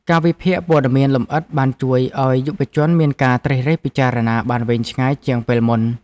ការវិភាគព័ត៌មានលម្អិតបានជួយឱ្យយុវជនមានការត្រិះរិះពិចារណាបានវែងឆ្ងាយជាងពេលមុន។